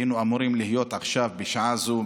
היינו אמורים להיות עכשיו בשעה זו,